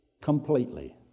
completely